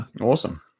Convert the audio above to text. Awesome